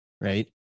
right